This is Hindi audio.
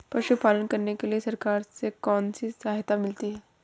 पशु पालन करने के लिए सरकार से कौन कौन सी सहायता मिलती है